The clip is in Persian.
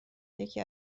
یکی